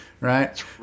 right